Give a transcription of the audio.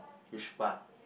which part